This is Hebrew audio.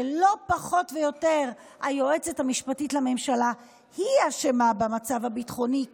שלא פחות ולא יותר היועצת המשפטית לממשלה היא האשמה במצב הביטחוני,